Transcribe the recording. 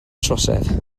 trosedd